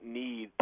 need